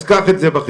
אז קח את זה בחשבון.